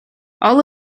all